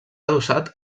adossat